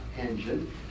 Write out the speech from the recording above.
engine